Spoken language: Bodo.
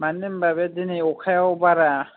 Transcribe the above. मानो होम्बा बे दिनै अखायाव बारा